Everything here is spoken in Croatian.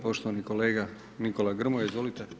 Poštovani kolega Nikola Grmoja, izvolite.